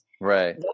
right